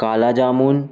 kala jamun